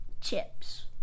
Chips